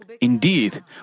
indeed